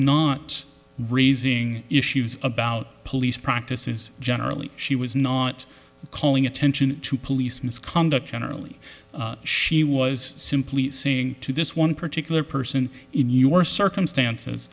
not raising issues about police practices generally she was not calling attention to police misconduct generally she was simply saying to this one particular person in your circumstances